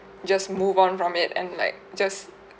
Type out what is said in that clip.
just move on from it and like just